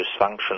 dysfunction